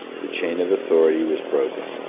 the chain of authority was broken,